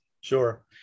Sure